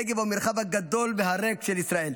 הנגב הוא המרחב הגדול והריק של ישראל.